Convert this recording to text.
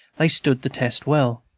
they stood the test well.